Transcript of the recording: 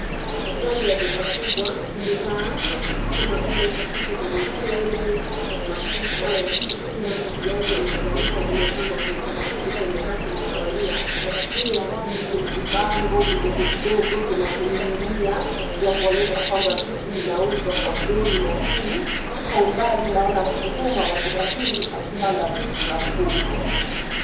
Ndani ya duka kubwa, bidhaa, kama vile paketi za mchele, mafuta ya kupikia, siagi na kadhalika zimepangwa kwa utaratibu kwenye rafu mtawalia. Juu ya rafu kuna vibango vidogo vidogo vinavyoning'inia, vya kuonyesha kwamba vitu vinauzwa kwa bei nafuu. Iwa umbali naona mhudumu wa duka hili akipanga vitu rafuni.